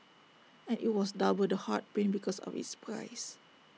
and IT was double the heart pain because of its price